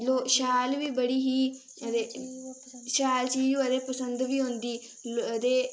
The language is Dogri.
शैल बी बड़ी ही शैल चीज होऐ ते पंसद बी औंदी अदे